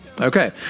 Okay